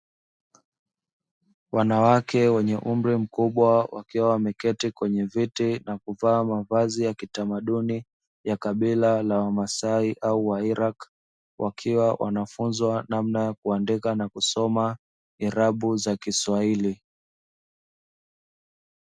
Wanawake wenye umri mkubwa wakiwa wameketi kwenye viti na kuvaa mavazi ya kiutamaduni ya kabila la masai au wairaki. Wakiwa wanafundishwa namna ya kusoma na kuandika irabu za kiswahili.